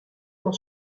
n’en